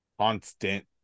constant